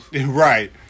Right